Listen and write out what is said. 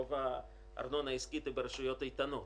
רוב הארנונה העסקית היא ברשויות איתנות